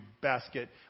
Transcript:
basket